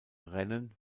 rennen